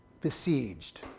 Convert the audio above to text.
besieged